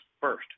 first